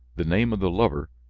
the name of the lover,